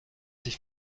sich